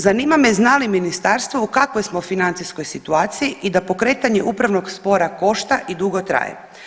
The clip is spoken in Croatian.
Zanima me zna li ministarstvo u kakvoj smo financijskoj situaciji i da pokretanje upravnog spora košta i dugo traje.